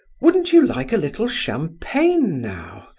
wouldn't you like a little champagne now?